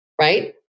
right